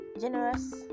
generous